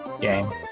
game